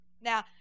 Now